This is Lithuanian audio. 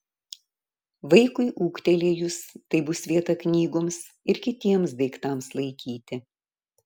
vaikui ūgtelėjus tai bus vieta knygoms ir kitiems daiktams laikyti